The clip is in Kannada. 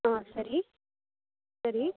ಹಾಂ ಸರಿ ಸರಿ